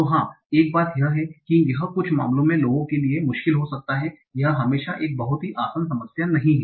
तो हाँ एक बात यह है कि यह कुछ मामलों में लोगों के लिए भी मुश्किल हो सकता है यह हमेशा एक बहुत ही आसान समस्या नहीं है